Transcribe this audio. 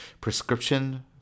prescription